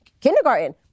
kindergarten